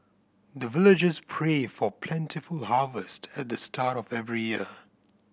the villagers pray for plentiful harvest at the start of every year